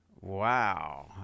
wow